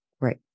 Right